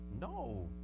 No